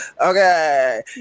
Okay